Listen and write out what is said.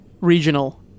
regional